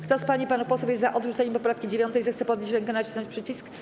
Kto z pań i panów posłów jest za odrzuceniem poprawki 9., zechce podnieść rękę i nacisnąć przycisk.